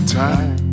time